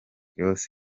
ross